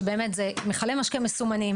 שבאמת זה מכלי משקה מסומנים